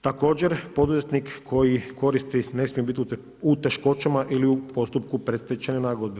Također, poduzetnik koji koristi ne smije biti u teškoćama ili u postupku predstečajne nagodbe.